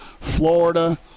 Florida